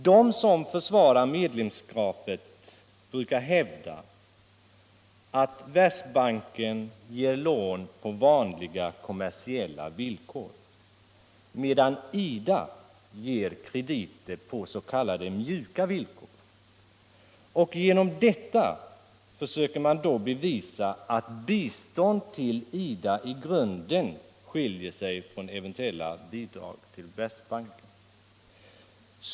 De som försvarar medlemskapet brukar hävda att Världsbanken ger lån på vanliga kommersiella villkor, medan IDA ger krediter på s.k. mjuka villkor. Genom detta försöker man bevisa att bistånd till IDA i grunden skiljer sig från eventuella bidrag till Världsbanken.